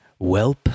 Welp